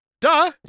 Duh